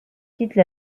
quittent